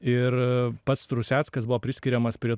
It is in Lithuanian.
ir pats ruseckas buvo priskiriamas prie